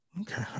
Okay